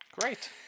Great